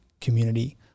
community